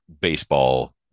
baseball